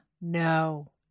No